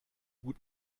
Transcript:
gut